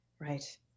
Right